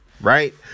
right